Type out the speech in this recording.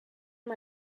amb